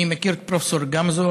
אני מכיר את פרופ' גמזו,